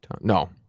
No